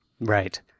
Right